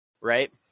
right